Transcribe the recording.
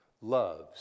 loves